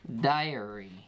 diary